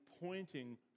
pointing